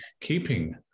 keeping